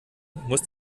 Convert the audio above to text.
muss